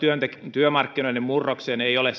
työmarkkinoiden murrokseen ei ole